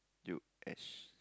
U_S